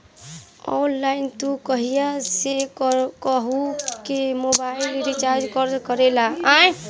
online तू कहीं से केहू कअ मोबाइल रिचार्ज कर सकेला